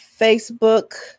facebook